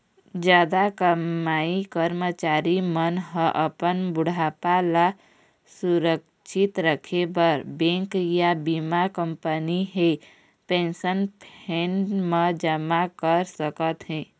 जादा कमईया करमचारी मन ह अपन बुढ़ापा ल सुरक्छित राखे बर बेंक या बीमा कंपनी हे पेंशन फंड म जमा कर सकत हे